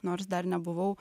nors dar nebuvau